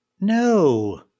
No